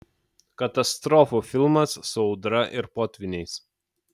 katastrofų filmas su audra ir potvyniais